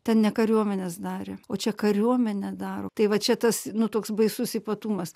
ten ne kariuomenės darė o čia kariuomenė daro tai va čia tas nu toks baisus ypatumas